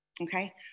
okay